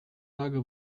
lage